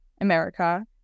America